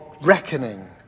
reckoning